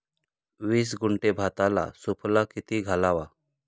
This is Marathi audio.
वीस गुंठे भाताला सुफला किती घालावा?